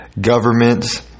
governments